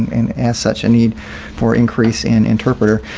and as such a need for increase in interpreter.